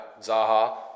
Zaha